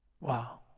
Wow